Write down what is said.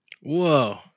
Whoa